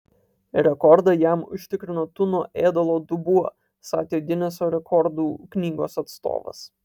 rekordą jam užtikrino tuno ėdalo dubuo sakė gineso rekordų knygos atstovas